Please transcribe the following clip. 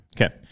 Okay